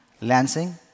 Lansing